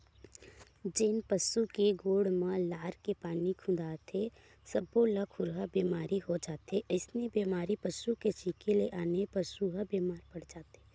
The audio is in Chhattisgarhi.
जेन पसु के गोड़ म लार के पानी खुंदाथे सब्बो ल खुरहा बेमारी हो जाथे अइसने बेमारी पसू के छिंके ले आने पसू ह बेमार पड़ जाथे